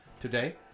today